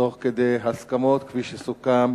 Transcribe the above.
תוך כדי הסכמות, כפי שסוכם